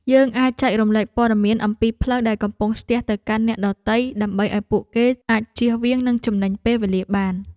យើងអាចចែករំលែកព័ត៌មានអំពីផ្លូវដែលកំពុងស្ទះទៅកាន់អ្នកដទៃដើម្បីឱ្យពួកគេអាចជៀសវាងនិងចំណេញពេលវេលាបាន។